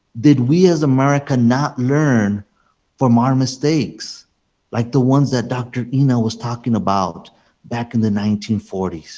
did we, as america, not learn from our mistakes like the ones that dr. ina was talking about back in the nineteen forty